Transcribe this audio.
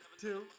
Two